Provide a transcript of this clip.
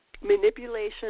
manipulation